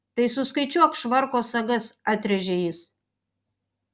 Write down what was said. tai suskaičiuok švarko sagas atrėžė jis